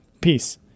Peace